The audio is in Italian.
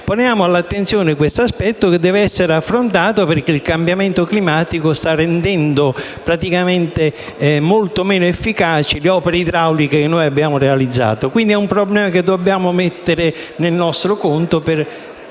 dunque all'attenzione questo aspetto, che deve essere affrontato, perché il cambiamento climatico sta rendendo molto meno efficaci le opere idrauliche che abbiamo realizzato. Si tratta quindi di un problema che dobbiamo mettere in conto, per